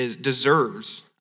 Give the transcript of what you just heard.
deserves